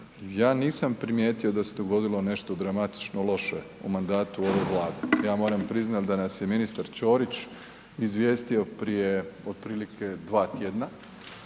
Ja nisam primijetio da se dogodilo nešto dramatično loše u mandatu ove Vlade. Ja moram priznati da nas je ministar Čorić izvijestio prije otprilike 2 tjedna